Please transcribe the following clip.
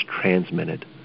transmitted